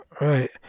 Right